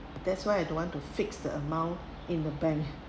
that's why I don't want to fix the amount in the bank